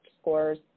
scores